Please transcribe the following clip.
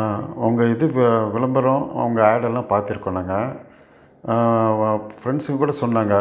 ஆ உங்க இது வி விளம்பரம் உங்க ஆடெல்லாம் பார்த்துருக்கோம் நாங்கள் ஃப்ரெண்ட்ஸுங்கக்கூட சொன்னாங்க